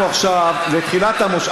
אמרתי: אנחנו, עכשיו, לתחילת המושב.